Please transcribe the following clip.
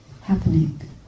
happening